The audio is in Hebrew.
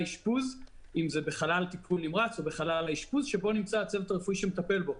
אשפוז או בטיפול נמרץ שבו נמצא הצוות הרפואי שמטפל בו.